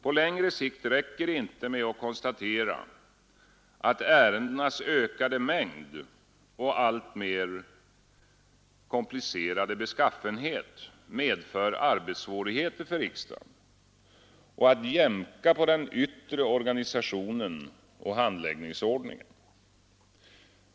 På längre sikt räcker det inte med att konstatera, att ärendenas ökade mängd och alltmer komplicerade beskaffenhet medför arbetssvårigheter för riksdagen och för att jämka på den yttre organisationen och handläggningsordningen.